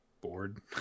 bored